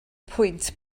pwynt